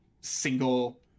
single